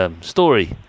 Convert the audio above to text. story